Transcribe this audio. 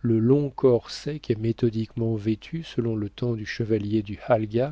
le long corps sec et méthodiquement vêtu selon le temps du chevalier du